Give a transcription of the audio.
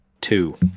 two